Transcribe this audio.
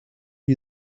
you